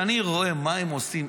כשאני רואה מה הם עושים,